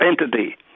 entity